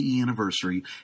Anniversary